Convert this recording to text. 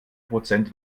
prozent